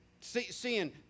seeing